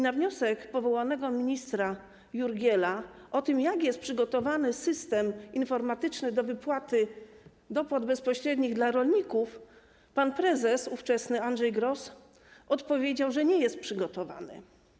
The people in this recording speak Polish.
Na wniosek powołanego ministra Jurgiela o tym, jak jest przygotowany system informatyczny do wypłaty dopłat bezpośrednich dla rolników, ówczesny pan prezes Andrzej Gross odpowiedział, że nie jest przygotowany.